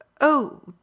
Oh